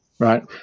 right